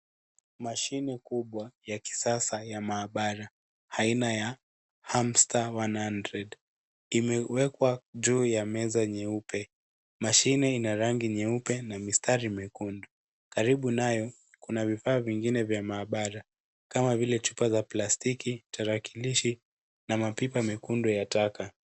Mashine kubwa ya kisasa ya maabara aina ya HumStar100.Imewekwa juu ya meza nyeupe. Mashine ina raangi nyeupe na mistari mekundu. Karibu nayo kuna vifaa vingine vya maabara kama vile chupa za plastiki, tarakilishi na mapipa mekundu ya taka.